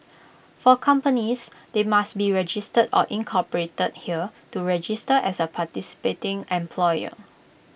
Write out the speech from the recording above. for companies they must be registered or incorporated here to register as A participating employer